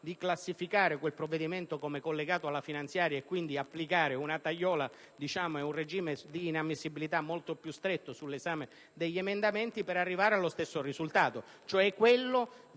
classificare quel provvedimento come collegato alla finanziaria e quindi applicare una tagliola e un regime di inammissibilità molto più stretto sull'esame degli emendamenti, per arrivare allo stesso risultato, cioè quello di